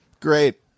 Great